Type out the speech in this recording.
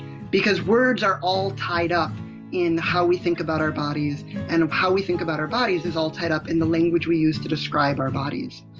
because words are all tied up in how we think about our bodies and how we think about our bodies is all tied up in the language we use to describe our bodies